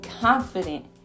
confident